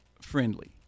friendly